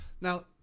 Now